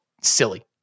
silly